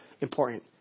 important